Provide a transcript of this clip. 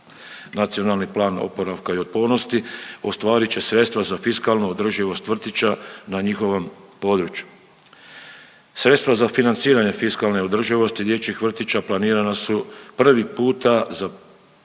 nacionalni plan oporavka i otpornosti, ostvarit će sredstva za fiskalnu održivost vrtića na njihovom području. Sredstva za financiranje fiskalne održivosti dječjih vrtića planirana su prvi puta za